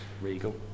regal